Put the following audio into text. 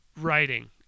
writing